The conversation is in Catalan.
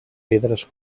pedres